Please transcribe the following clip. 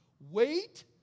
Wait